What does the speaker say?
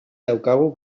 daukagu